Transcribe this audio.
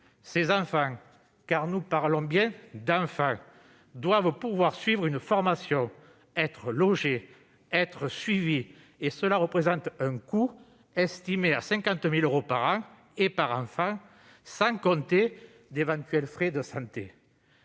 Ces enfants- car nous parlons bien d'enfants ! -doivent pouvoir bénéficier d'une formation, être logés et suivis. Cela représente un coût estimé à 50 000 euros par an et par enfant, sans compter d'éventuels frais de santé.